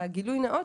גילוי נאות,